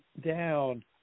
down